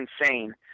insane